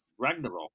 Ragnarok